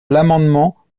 l’amendement